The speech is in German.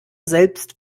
selbst